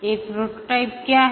एक प्रोटोटाइप क्या है